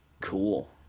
Cool